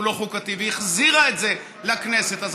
לא חוקתי לכנסת והיא החזירה את זה לכנסת,